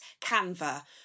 Canva